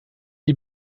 die